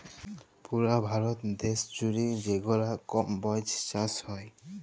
পুরা ভারত দ্যাশ জুইড়ে যেগলা কম্বজ চাষ হ্যয়